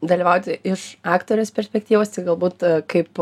dalyvauti iš aktorės perspektyvos tai galbūt kaip